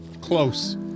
Close